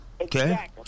Okay